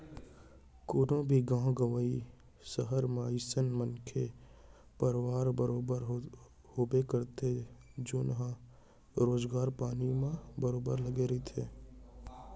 कोनो भी गाँव गंवई, सहर म अइसन मनखे परवार बरोबर होबे करथे जेनहा रोजगार पानी म बरोबर लगे रहिथे